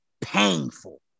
painful